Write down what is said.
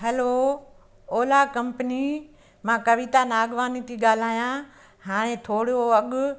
hello Ola company मां कविता नागवानी थी ॻाल्हायां हाणे थोरो अघ